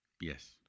Yes